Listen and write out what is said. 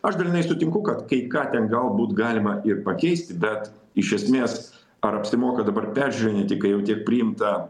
aš dalinai sutinku kad kai ką ten galbūt galima ir pakeisti bet iš esmės ar apsimoka dabar peržiūrinėti kai jau tiek priimta